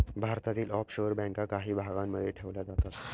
भारतातील ऑफशोअर बँका काही भागांमध्ये ठेवल्या जातात